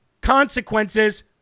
consequences